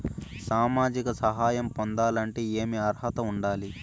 సామాజిక సహాయం పొందాలంటే ఏమి అర్హత ఉండాలి?